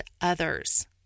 others